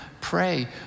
pray